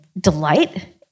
delight